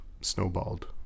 snowballed